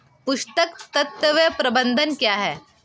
पोषक तत्व प्रबंधन क्या है?